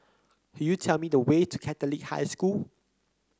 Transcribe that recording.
could you tell me the way to Catholic High School